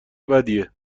بدیه